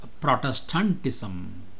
Protestantism